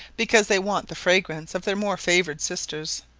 because they want the fragrance of their more favoured sisters.